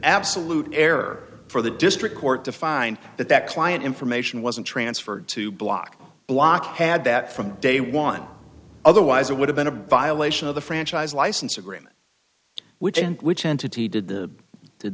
absolute error for the district court to find that that client information wasn't transferred to block block had that from day one otherwise it would have been a violation of the franchise license agreement which and which entity did the did